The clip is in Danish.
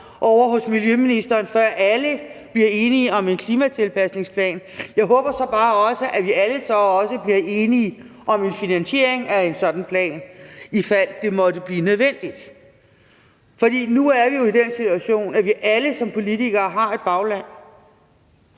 ovre hos miljøministeren, før alle bliver enige om en klimatilpasningsplan. Jeg håber så bare også, at vi så også alle bliver enige om en finansiering af en sådan plan, i fald det måtte blive nødvendigt. For nu er vi jo i den situation, at vi som politikere alle har et bagland,